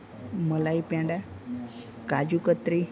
મલાઈ peda કાજુકત્રી